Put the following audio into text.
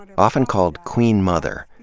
and often called queen mother,